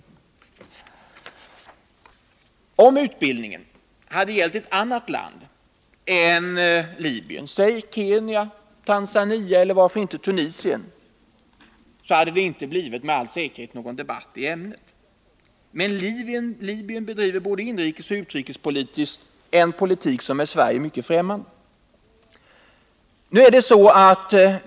7 maj 1980 Om utbildningen hade gällt ett annat land än Libyen, säg Kenya, Tanzania eller varför inte Tunisien, så hade det med all säkerhet inte blivit någon debatt i ärendet. Men Libyen bedriver både inrikesoch utrikespolitiskt en politik som är Sverige främmande.